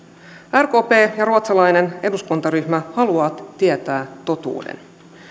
rkp ja ruotsalainen eduskuntaryhmä haluavat tietää totuuden